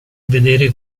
vedere